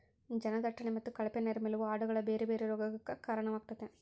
ಜನದಟ್ಟಣೆ ಮತ್ತೆ ಕಳಪೆ ನೈರ್ಮಲ್ಯವು ಆಡುಗಳ ಬೇರೆ ಬೇರೆ ರೋಗಗಕ್ಕ ಕಾರಣವಾಗ್ತತೆ